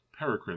paracrine